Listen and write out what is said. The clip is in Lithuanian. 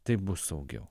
taip bus saugiau